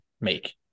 make